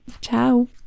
Ciao